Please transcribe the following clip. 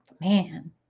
Man